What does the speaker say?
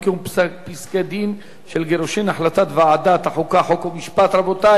(קיום פסקי-דין של גירושין) (תיקון מס' 7) (הפעלת צו הגבלה)